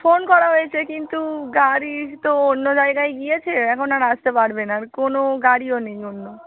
phone করা হয়েছে কিন্তু গাড়ি তো অন্য জায়গায় গিয়েছে এখন আর আসতে পারবে না আর কোনো গাড়িও নেই অন্য